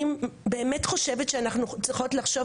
אני באמת חושבת שאנחנו צריכות לחשוב